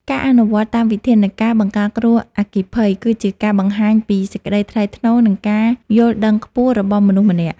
ការអនុវត្តតាមវិធានការបង្ការគ្រោះអគ្គិភ័យ គឺជាការបង្ហាញពីសេចក្តីថ្លៃថ្នូរ និងការយល់ដឹងខ្ពស់របស់មនុស្សម្នាក់។